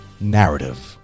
narrative